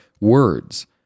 words